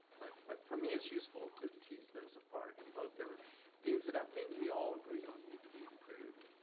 but but for me it's useful to tease those apart and both are things that i think we all agree on need to be improved.